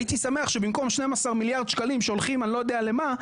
הייתי שמח שבמקום 12 מיליארד שקלים שהולכים אני לא יודע למה,